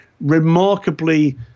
remarkably